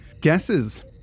Guesses